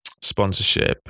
sponsorship